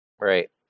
Right